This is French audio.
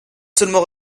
seulement